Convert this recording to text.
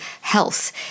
health